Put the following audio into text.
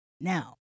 Now